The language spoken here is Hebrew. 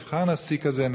שנבחר נשיא כזה,